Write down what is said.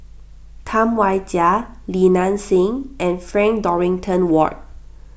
Tam Wai Jia Li Nanxing and Frank Dorrington Ward